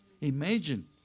imagine